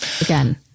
again